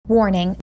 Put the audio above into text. Warning